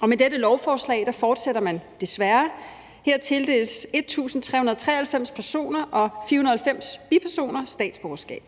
og med dette lovforslag fortsætter man desværre med det. Her tildeles 1.393 personer og 490 bipersoner statsborgerskab.